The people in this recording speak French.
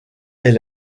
est